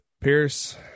Pierce